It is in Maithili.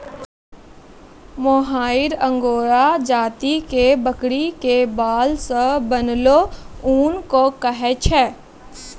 मोहायिर अंगोरा जाति के बकरी के बाल सॅ बनलो ऊन कॅ कहै छै